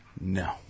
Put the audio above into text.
No